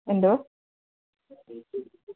എന്തോ